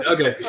Okay